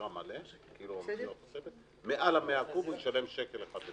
המלא; מעל 100 קוב הוא ישלם שקל אחד.